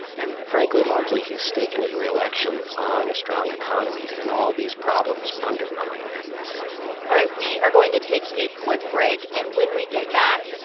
and frankly, largely, he's staken his reelection on a strong economy, and all these problems undermine that message all right, we are going to take a quick break. and when we get back,